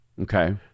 Okay